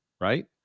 right